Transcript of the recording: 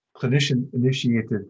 clinician-initiated